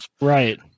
Right